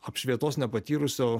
apšvietos nepatyrusio